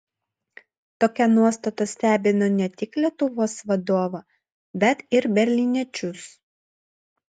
tokia nuostata stebino ne tik lietuvos vadovą bet ir berlyniečius